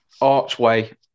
archway